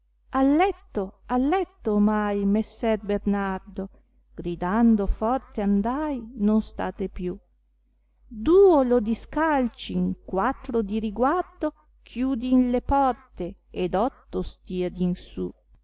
al letto al letto ornai messer bernardo gridando forte andai non state più duo lo discalcin quattro di riguardo chiudin le porte ed otto stian di su